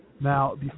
Now